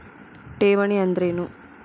ಠೇವಣಿ ಅಂದ್ರೇನು?